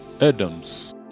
adam's